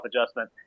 adjustment